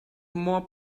more